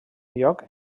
lloc